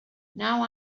now